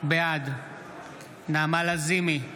בעד נעמה לזימי,